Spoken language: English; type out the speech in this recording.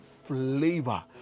flavor